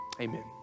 amen